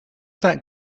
that